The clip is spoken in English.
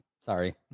sorry